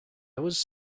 was